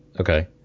okay